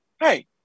hey